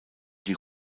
die